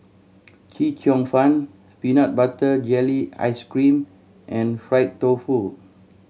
Chee Cheong Fun peanut butter jelly ice cream and fried tofu